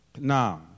Now